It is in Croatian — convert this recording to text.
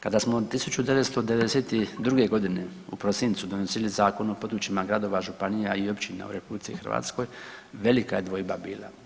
Kada smo 1992.g. u prosincu donosili Zakon o područjima gradova, županija i općina u RH velika je dvojba bila.